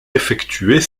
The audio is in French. effectuer